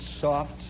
soft